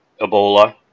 ebola